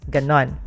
Ganon